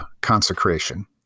consecration